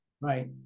Right